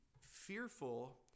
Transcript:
fearful